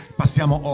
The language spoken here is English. passiamo